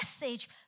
message